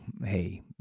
hey